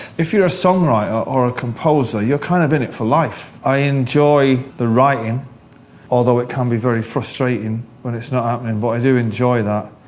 if you're a songwriter or a composer, you're kind of in it for life, i enjoy the writing although it can be very frustrating when it's not happening um and but i do enjoy that,